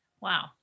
Wow